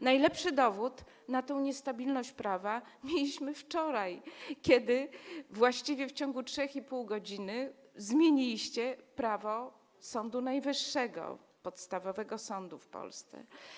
Najlepszy dowód na tę niestabilność prawa mieliśmy wczoraj, kiedy właściwie w ciągu 3,5 godziny zmieniliście prawo dotyczące Sądu Najwyższego, podstawowego sądu w Polsce.